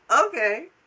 Okay